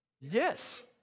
Yes